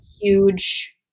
huge